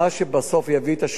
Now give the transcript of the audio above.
החוק הזה הוא חשוב,